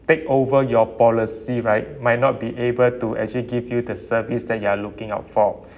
take over your policy right might not be able to actually give you the service that you are looking out for